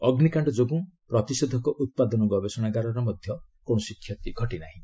ଅଗ୍ନିକାଣ୍ଡ ଯୋଗୁଁ ପ୍ରତିଷେଧକ ଉତ୍ପାଦନ ଗବେଷଣାଗାରର ମଧ୍ୟ କୌଣସି କ୍ଷତି ଘଟିନାହିଁ